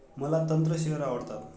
मला तंत्र शेअर आवडतात